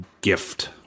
gift